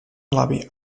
lobby